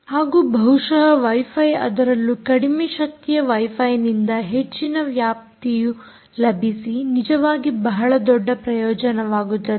ಹಾಗೂ ಬಹುಶಃ ವೈಫೈ ಅದರಲ್ಲೂ ಕಡಿಮೆ ಶಕ್ತಿಯ ವೈಫೈನಿಂದ ಹೆಚ್ಚಿನ ವ್ಯಾಪ್ತಿಯು ಲಭಿಸಿ ನಿಜವಾಗಿ ಬಹಳ ದೊಡ್ಡ ಪ್ರಯೋಜನವಾಗುತ್ತದೆ